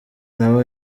nabo